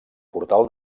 portal